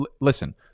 listen